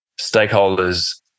stakeholders